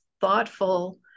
thoughtful